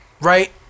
right